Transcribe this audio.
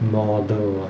model ah